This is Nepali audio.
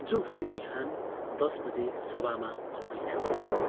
जो भोलि बिहान दश बजे सभामा आउँदैछन्